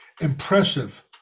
impressive